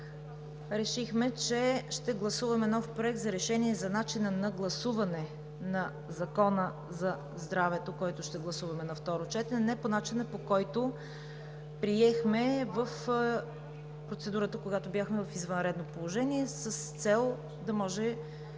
Решихме, че ще гласуваме нов Проект за решение за начина на гласуване на Законопроекта за изменение на Закона за здравето, който ще гласуваме на второ четене – не по начина, по който приехме в процедурата, когато бяхме в извънредно положение, с цел да може